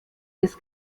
des